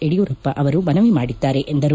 ಯಡಿಯೂರಪ್ಪ ಅವರು ಮನವಿ ಮಾಡಿದ್ದಾರೆ ಎಂದರು